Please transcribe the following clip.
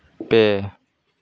ᱯᱮ